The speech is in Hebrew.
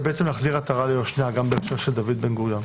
בעצם להחזיר עטרה ליושנה גם בהקשר של דוד בן-גוריון.